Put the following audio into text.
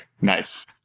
Nice